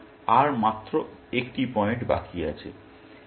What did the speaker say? সুতরাং আর মাত্র একটি পয়েন্ট বাকি আছে